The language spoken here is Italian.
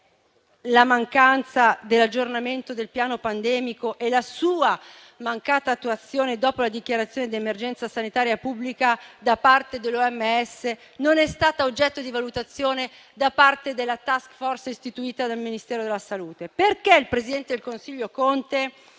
la mancanza dell'aggiornamento del piano pandemico, la sua mancata attuazione dopo la dichiarazione di emergenza sanitaria pubblica da parte dell'OMS, non è stata oggetto di valutazione da parte della *task force* istituita dal Ministero della salute? Perché il presidente del Consiglio Conte